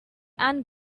and